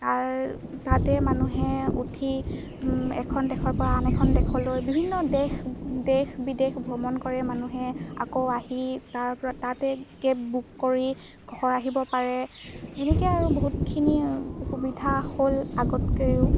তাৰ তাতে মানুহে উঠি এখন দেশৰপৰা আন এখন দেশলৈ বিভিন্ন দেশ দেশ বিদেশ ভ্ৰমণ কৰে মানুহে আকৌ আহি তাৰপৰা তাতে কেব বুক কৰি ঘৰ আহিব পাৰে এনেকৈ আৰু বহুতখিনি সুবিধা হ'ল আগতকৈয়ো